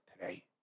today